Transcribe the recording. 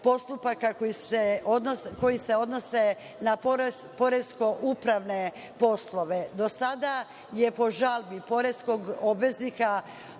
koji se odnose na poresko-upravne poslove. Do sada je po žalbi poreskog obveznika